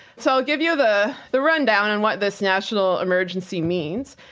so i'll give you the the rundown on what this national emergency means.